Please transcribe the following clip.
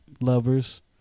lovers